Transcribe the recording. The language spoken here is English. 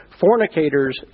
fornicators